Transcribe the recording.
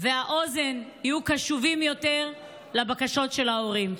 והאוזן יהיו קשובים יותר לבקשות של ההורים.